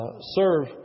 serve